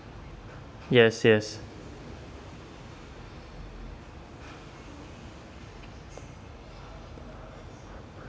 yes yes